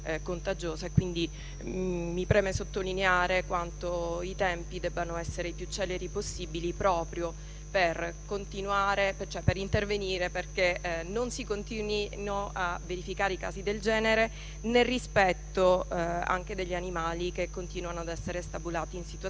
quindi, sottolineare quanto i tempi debbano essere i più celeri possibili, proprio per intervenire affinché non si verifichino più casi del genere, nel rispetto anche degli animali, che continuano ad essere stabulati in situazione